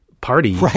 party